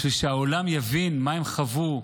בשביל שהעולם יבין מה הם חוו,